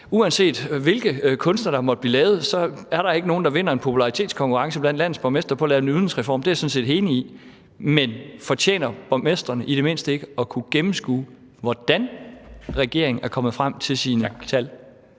uanset hvilke kunster der måtte blive lavet, er der ikke nogen, der vinder en popularitetskonkurrence blandt landets borgmester på at lave en udligningsreform. Det er jeg sådan set enig i. Men fortjener borgmestrene i det mindste ikke at kunne gennemskue, hvordan regeringen er kommet frem til sine tal?